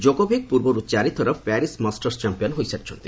Djokovic ପୂର୍ବରୁ ଚାରିଥର Paris Masters champion ହୋଇସାରିଛନ୍ତି